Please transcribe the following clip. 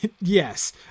Yes